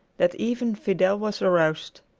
that even fidel was aroused.